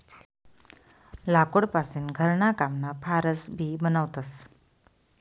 लाकूड पासीन घरणा कामना फार्स भी बनवतस